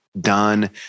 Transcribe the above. done